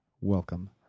welcome